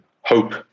hope